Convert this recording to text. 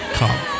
come